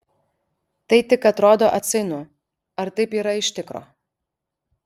tai tik atrodo atsainu ar taip yra iš tikro